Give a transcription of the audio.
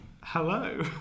hello